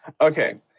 okay